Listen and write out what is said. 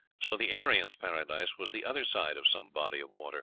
so the aryan's paradise was the other side of some body of water.